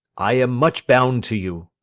i am much bound to you.